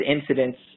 incidents